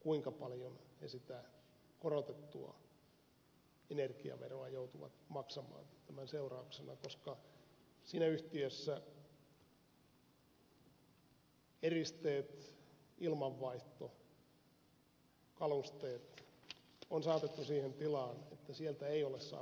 kuinka paljon he sitä korotettua energiaveroa joutuvat maksamaan tämän seurauksena koska siinä yhtiössä eristeet ilmanvaihto kalusteet on saatettu siihen tilaan että sieltä ei ole saavutettavissa säätöjä